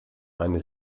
eine